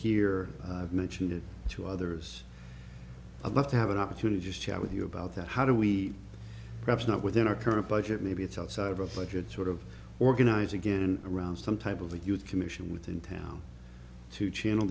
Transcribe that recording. i've mentioned it to others i'd love to have an opportunity just chat with you about that how do we perhaps not within our current budget maybe it's outside of a budget sort of organizing in around some type of the youth commission with in town to channel